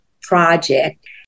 project